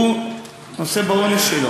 אבל הוא נושא בעונש שלו.